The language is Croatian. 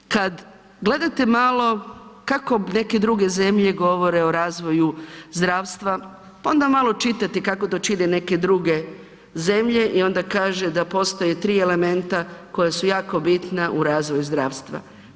Kad gledate malo kako neke druge zemlje govore o razvoju zdravstva pa onda malo čitate kako to čine neke druge zemlje i onda kaže da postoje tri elementa koja su jako bitna u razvoju zdravstva.